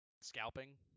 scalping